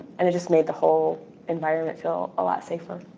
and it just made the whole environment feel a lot safer.